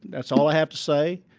that's all i have to say.